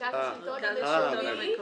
מרכז השלטון המקומי,